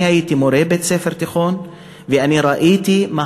אני הייתי מורה בבית-ספר תיכון וראיתי במה